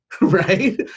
right